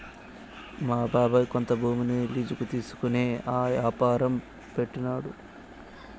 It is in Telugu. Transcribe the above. మా బాబాయ్ కొంత భూమిని లీజుకి తీసుకునే యాపారం పెట్టినాడు